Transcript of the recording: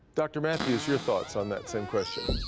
dr. mathews, your thoughts on that same question?